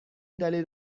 دلیل